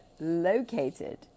located